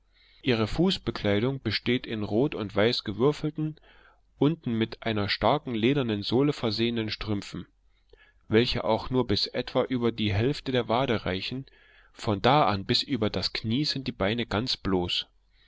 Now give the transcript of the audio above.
ihre fußbekleidung besteht in rot und weiß gewürfelten unten mit einer starken ledernen sohle versehenen strümpfen welche auch nur bis etwa über die hälfte der wade reichen von da an bis über das knie sind die beine ganz bloß